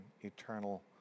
eternal